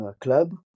Club